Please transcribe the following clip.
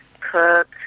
cook